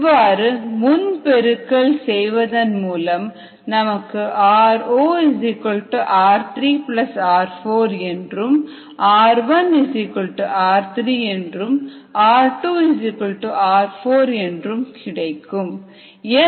இவ்வாறு முன் பெருக்கல் செய்வதன் மூலம் நமக்கு r0 r3 r4 என்றும் r1 r3 என்றும் r2 r4 என்றும் கிடைக்கும்